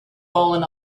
fallen